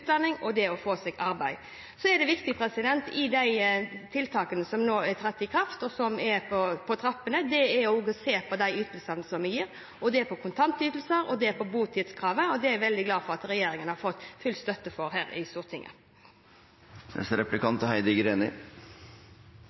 få seg arbeid. Så er det viktig når det gjelder de tiltakene som nå er trådt i kraft, og som er på trappene, å se på de ytelsene som vi gir. Det gjelder kontantytelser, det gjelder botidskravet, og det er jeg veldig glad for at regjeringen har fått full støtte for her i Stortinget. Statsborgerskap krever, som vi er